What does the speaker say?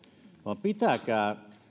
vaan pitäkää